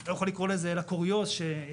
לא יכול לקרוא לזה אלא קוריוז שהציג